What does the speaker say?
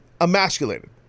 emasculated